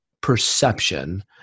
perception